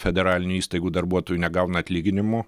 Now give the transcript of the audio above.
federalinių įstaigų darbuotojų negauna atlyginimų